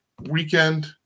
weekend